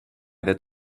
that